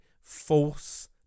false